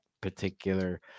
particular